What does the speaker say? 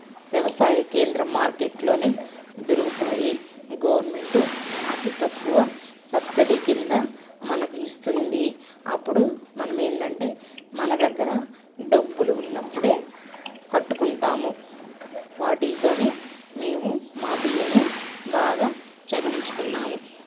వ్యవసాయ కేంద్రం మార్కెట్లోనే దొరుకుతాయి గవర్నమెంటు అతి తక్కువ సబ్సడీ కింద మనకు ఇస్తుంది అప్పుడు మనం ఏందంటే మన దగ్గర డబ్బులు ఉన్నప్పుడే కట్టుకుంటాము వాటిల్తోనే మేము మా పిల్లల్ని బాగా చదివించుకున్నాము